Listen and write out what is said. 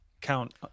count